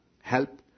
help